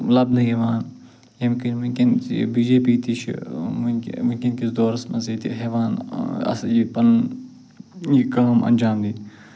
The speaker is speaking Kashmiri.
لبنہِ یِوان ییٚمہِ کِنۍ وُنکٮ۪ن چھِ بی جے پی تہِ چھُ وُنکٮ۪ن وُنکٮ۪نکِس دورس منٛز ییٚتہِ ہٮ۪وان یہ پنُن یہِ کٲم انٛجام دِنۍ